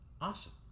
awesome